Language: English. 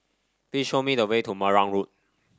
please show me the way to Marang Road